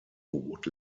would